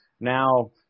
now